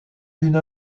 une